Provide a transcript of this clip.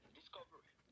discovery